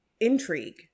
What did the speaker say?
intrigue